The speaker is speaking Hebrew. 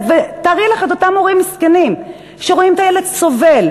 ותארי לך את אותם הורים מסכנים שרואים את הילד סובל,